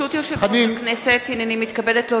כי לפי הייעוץ המשפטי זה ועדת הכלכלה.